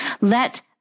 Let